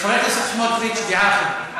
חבר הכנסת סמוטריץ, דעה אחרת,